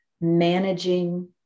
managing